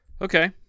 Okay